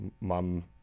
mom